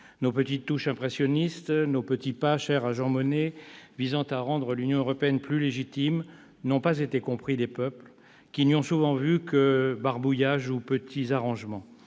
Nos petites touches impressionnistes, nos petits pas- chers à Jean Monnet -visant à rendre l'Union européenne plus légitime n'ont pas été compris des peuples, qui n'y ont souvent vu que barbouillage ou petits arrangements.